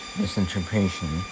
misinterpretation